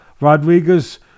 Rodriguez